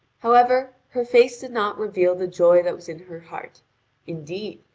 however, her face did not reveal the joy that was in her heart indeed,